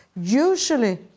Usually